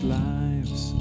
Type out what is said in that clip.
lives